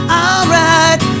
alright